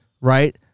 right